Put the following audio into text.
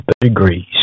degrees